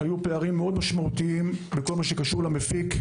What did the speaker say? היו פערים משמעותיים מאוד בכל הקשור למפיק.